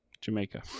Jamaica